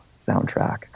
soundtrack